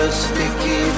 sticky